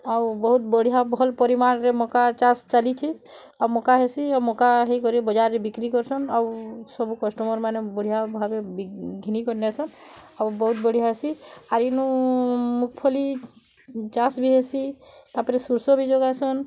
ଆଉ ବହୁତ ବଢ଼ିଆ ଭଲ ପରିମାଣରେ ମକା ଚାଷ୍ ଚାଲିଛି ଏ ମକା ହେସି ମକା ହେଇ କରି ବଜାର୍ରେ ବିକି ସନ୍ ଆଉ ସବୁ କଷ୍ଟମର୍ମାନେ ବଢ଼ିଆ ଭାବେ ଘିନି କରି ନେସନ୍ ଆଉ ବହୁତ ବଢ଼ିଆ ହେସି ଆଇ ନୁ ମୁଗ୍ଫଲି ଚାଷ୍ ବି ହେସି ତାପରେ ସୋରିଷ୍ ବି ଯୋଗାସନ୍